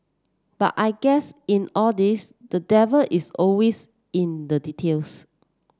but I guess in all this the devil is always in the details